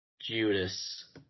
Judas